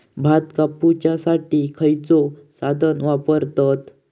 भात कापुसाठी खैयचो साधन वापरतत?